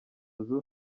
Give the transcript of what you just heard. nzu